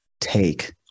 take